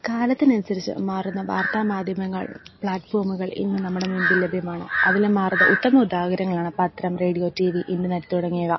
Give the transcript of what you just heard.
കാലത്തിനനുസരിച്ച് മാറുന്ന വാർത്താ മാധ്യമങ്ങൾ പ്ലാറ്റ്ഫോമുകൾ ഇന്ന് നമ്മുടെ മുൻപിൽ ലഭ്യമാണ് അതിലെ മാർഗ്ഗ ഉത്തമ ഉദാഹരങ്ങളാണ് പത്രം റേഡിയോ ടീ വി ഇൻ്റർനെറ്റ് തുടങ്ങിയവ